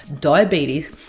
diabetes